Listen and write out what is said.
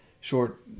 short